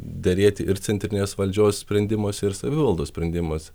derėti ir centrinės valdžios sprendimuose ir savivaldos sprendimuose